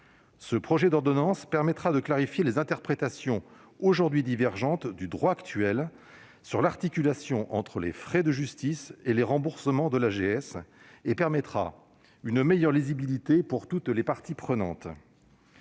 Ce projet d'ordonnance permettra de clarifier les interprétations aujourd'hui divergentes du droit sur l'articulation entre les frais de justice et les remboursements de l'AGS, au bénéfice d'une meilleure lisibilité pour toutes les parties prenantes.